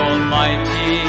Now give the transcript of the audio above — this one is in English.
Almighty